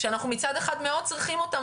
שמצד אחד אנחנו מאוד צריכים אותם,